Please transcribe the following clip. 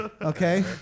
Okay